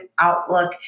outlook